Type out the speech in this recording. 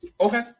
Okay